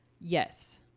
yes